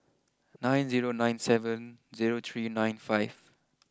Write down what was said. nine zero nine seven zero three nine five